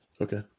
Okay